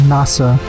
Nasa